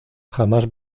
jamás